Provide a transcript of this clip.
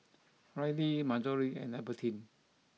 Rylee Marjory and Albertine